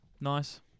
nice